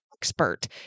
expert